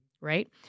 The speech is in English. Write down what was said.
right